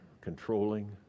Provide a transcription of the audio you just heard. controlling